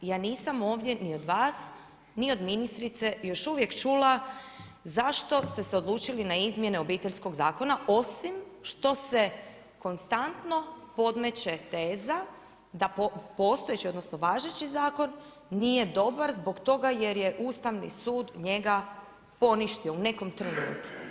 Ja nisam ovdje ni od vas ni od ministrice još uvijek čula zašto ste se odlučili na izmjene Obiteljskog zakona osim što se konstantno podmeće teza da postojeći odnosno važeći zakon nije dobar zbog toga jer je Ustavni sud njega poništio u nekom trenutku.